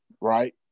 right